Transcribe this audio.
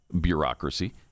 bureaucracy